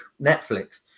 Netflix